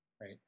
Right